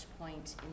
point